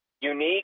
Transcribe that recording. unique